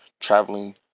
traveling